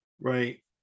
right